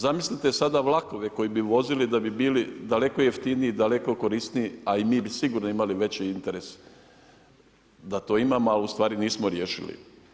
Zamislite sada vlakove koji bi vozili da bi bili daleko jeftiniji, daleko korisniji a i mi bi sigurno imali veći interes da to imamo a ustvari nismo riješili.